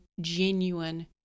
genuine